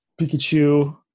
Pikachu